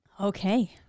Okay